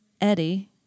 Eddie